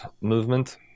movement